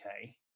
Okay